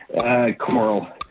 Coral